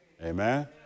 Amen